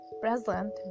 present